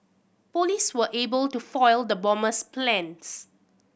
police were able to foil the bomber's plans